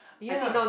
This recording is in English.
ya